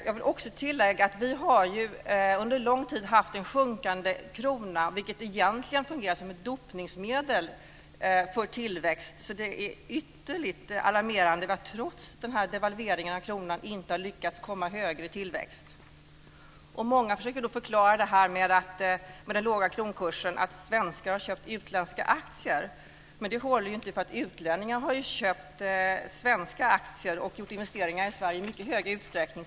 Jag vill också tillägga att vi ju under lång tid har haft en sjunkande krona, vilket egentligen fungerar som ett dopningsmedel för tillväxt. Det är ytterligt alarmerande att vi trots devalveringen av kronan inte har lyckats få högre tillväxt. Många försöker förklara den låga kronkursen med att svenskar har köpt utländska aktier, men det argumentet håller inte, för utlänningar har köpt svenska aktier och gjort investeringar i Sverige i mycket större utsträckning.